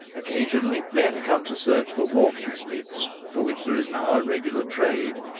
occasionally men come to search for walking sticks, for which there is now a regular trade.